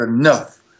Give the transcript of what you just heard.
enough